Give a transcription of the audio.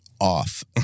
off